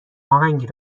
اهنگی